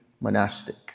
monastic